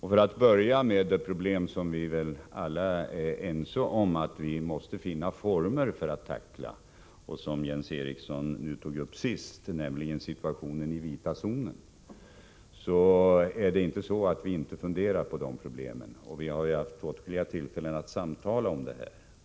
Jag börjar med det problem som vi väl alla är ense om att vi måste finna former för att tackla och som Jens Eriksson tog upp sist, nämligen situationen i vita zonen. Det är inte så att vi inte funderar över den situationen, och vi har haft åtskilliga tillfällen att samtala om den.